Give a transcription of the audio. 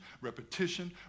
repetition